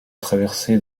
traversée